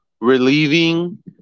relieving